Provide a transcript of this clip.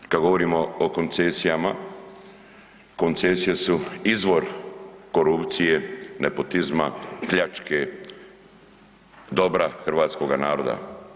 Kada govorimo o koncesijama, koncesije su izvor korupcije, nepotizma, pljačke dobra hrvatskoga naroda.